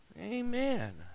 Amen